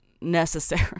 necessary